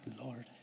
Lord